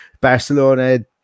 Barcelona